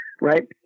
right